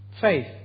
Faith